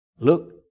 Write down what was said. Look